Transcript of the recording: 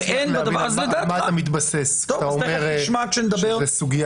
אני לא מבין על מה אתה מתבסס כשאתה אומר זה סוגיה.